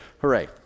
Hooray